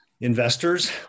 investors